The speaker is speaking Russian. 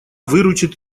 выручит